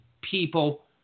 people